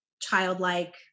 childlike